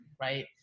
right